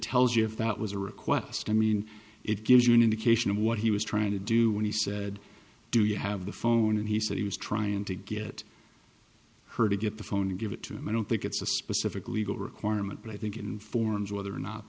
tells you if that was a request i mean it gives you an indication of what he was trying to do when he said do you have the phone and he said he was trying to get her to get the phone to give it to him i don't think it's a specific legal requirement but i think informs whether or not